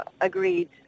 agreed